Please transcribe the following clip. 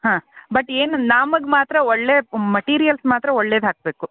ಹಾಂ ಬಟ್ ಏನು ನಮಗೆ ಮಾತ್ರ ಒಳ್ಳೆಯ ಮಟೀರಿಯಲ್ಸ್ ಮಾತ್ರ ಒಳ್ಳೇದು ಹಾಕಬೇಕು